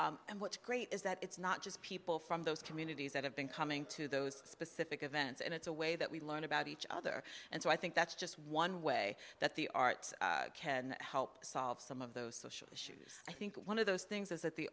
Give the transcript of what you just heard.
community and what's great is that it's not just people from those communities that have been coming to those specific events and it's a way that we learn about each other and so i think that's just one way that the arts can help solve some of those social issues i think one of those things is that the